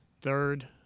third